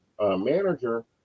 manager